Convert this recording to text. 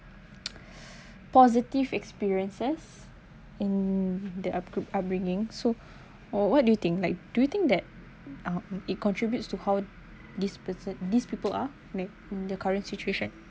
positive experiences in the upbr~ upbringing so or what do you think like do you think that um it contributes to how this person these people are make the current situation